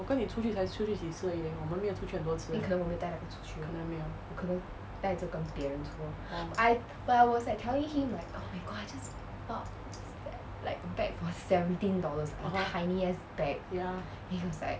我跟你出去才出去几次而已 leh 我们没有出去很多次可能没有 orh !hannor! ya